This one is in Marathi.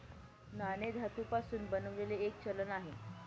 नाणे धातू पासून बनलेले एक चलन आहे